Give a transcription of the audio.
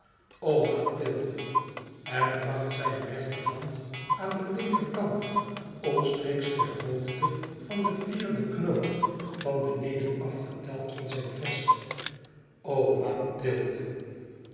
mathilde en bracht zijn rechterhand aan den linkerkant omstreeks ter hoogte van den vierden knoop van beneden afgeteld van zijn vest